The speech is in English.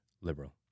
liberal